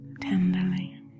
tenderly